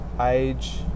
age